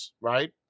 right